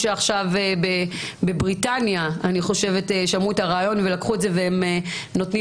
אני חושבת שבבריטניה שמעו את הרעיון והם נותנים